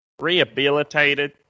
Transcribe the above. Rehabilitated